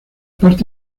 parte